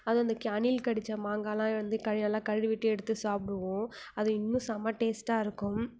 அதுவும் அந்த அணில் கடித்த மாங்காயெலாம் வந்து கழு நல்லா கழுவிட்டு எடுத்து சாப்பிடுவோம் அது இன்னும் செம்ம டேஸ்ட்டாக இருக்கும்